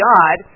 God